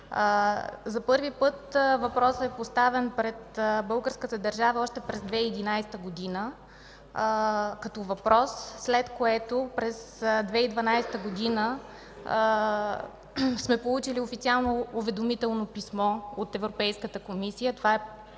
За първи път въпросът е поставен пред българската държава още през 2011 г., след което през 2012 г. сме получили официално уведомително писмо от Европейската комисия